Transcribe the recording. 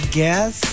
guess